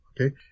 Okay